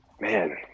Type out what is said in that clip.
man